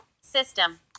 System